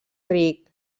ric